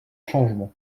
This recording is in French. changement